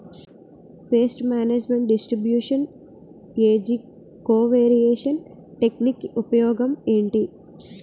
paste management distribution ఏజ్జి covariance technique ఉపయోగం ఏంటి